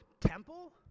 temple